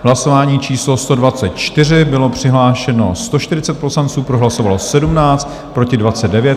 Hlasování číslo 124, bylo přihlášeno 140 poslanců, pro hlasovalo 17, proti 29.